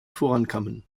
vorankommen